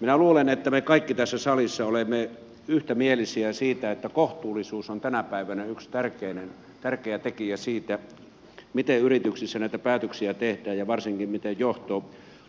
minä luulen että me kaikki tässä salissa olemme yksimielisiä siitä että kohtuullisuus on tänä päivänä yksi tärkeä tekijä siinä miten yrityksissä näitä päätöksiä tehdään ja varsinkin miten johto